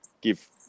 give